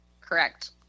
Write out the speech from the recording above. Correct